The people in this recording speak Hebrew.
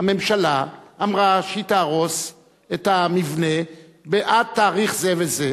הממשלה אמרה שהיא תהרוס את המבנה עד תאריך זה וזה.